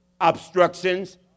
obstructions